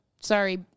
Sorry